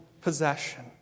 possession